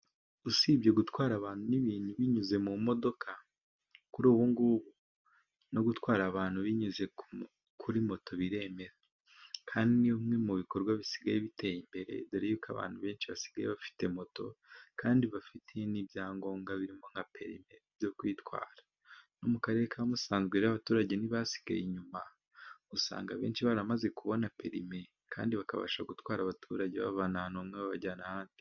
Usibye gutwara abantu n'ibintu binyuze mu modoka kuri ubu ngubu, no gutwara abantu binyuze kuri moto biremera, kandi ni bimwe mu bikorwa bisigaye biteye imbere dore yuko abantu benshi basigaye bafite moto, kandi bafite n'ibyangombwa birimo nka perimi byo kwitwara. No mu karere ka Musanze abaturage ntibasigaye inyuma, usanga abenshi baramaze kubona perime kandi bakabasha gutwara abaturage, babavana hamwe babajyana ahandi.